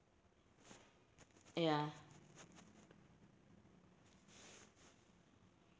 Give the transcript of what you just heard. ya